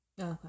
okay